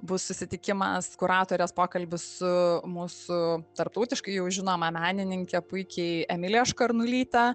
bus susitikimas kuratorės pokalbis su mūsų tarptautiškai jau žinoma menininke puikiai emilija škarnulyte